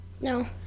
No